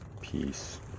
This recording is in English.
Peace